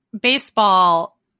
baseball